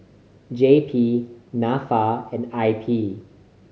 J P Nafa and I P